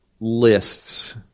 lists